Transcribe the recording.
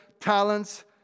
talents